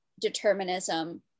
determinism